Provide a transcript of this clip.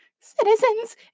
Citizens